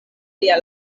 lia